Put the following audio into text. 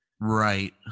right